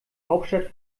hauptstadt